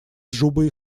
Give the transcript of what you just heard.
джубой